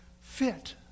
fit